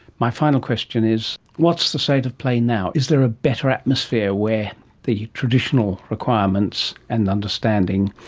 my final question is what's the state of play now? is there a better atmosphere where the traditional requirements and understanding,